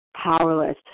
powerless